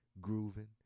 grooving